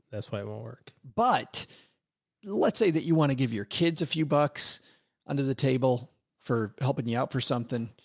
that's why it won't work. but let's say that you want to give your kids a few bucks under the table for helping you out for something.